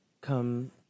come